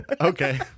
Okay